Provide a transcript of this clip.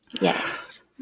Yes